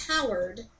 powered